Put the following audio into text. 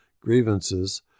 grievances